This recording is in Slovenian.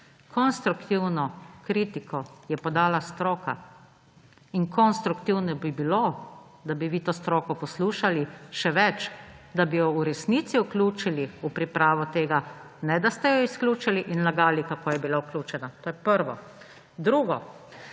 Konstruktivno kritiko je podala stroka in konstruktivno bi bilo, da bi vi to stroko poslušali. Še več, da bi jo v resnici vključili v pripravo tega, ne da ste jo izključili in lagali, kako je bila vključena. To je prvo. Drugo.